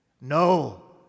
No